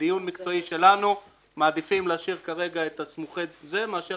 ובדיון מקצועי שלנו אנחנו מעדיפים להשאיר כרגע את סמוכי הגדר מאשר